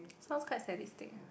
sounds quite sadistic eh